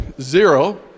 zero